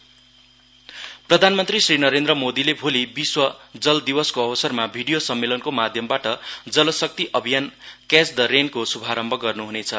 जल शक्ति प्रधानमन्त्री श्री नरेन्द्र मोदीले भोली विश्व जस दिवासको अवसरमा भिडियो सम्मेलनको माध्यमबाट जस शक्ति अभियान क्याच द रेनको शुभारम्भ गर्नुहुनेछ